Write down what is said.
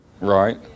Right